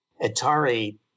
Atari